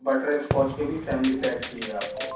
butterscotch के भी family pack चाहिए आपको